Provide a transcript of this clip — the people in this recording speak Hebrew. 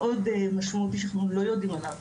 מאוד משמעותי שאנחנו לא יודעים עליו